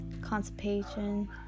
constipation